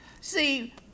See